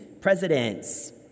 presidents